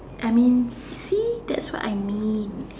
I mean see that's what I mean